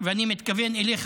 ואני מתכוון אליך,